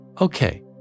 Okay